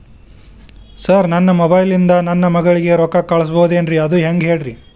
sir ನನ್ನ mobile ಇಂದ ನನ್ನ ಮಗಳಿಗೆ ರೊಕ್ಕಾ ಕಳಿಸಬಹುದೇನ್ರಿ ಅದು ಹೆಂಗ್ ಹೇಳ್ರಿ